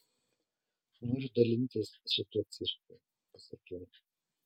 noriu dalintis šituo cirku pasakiau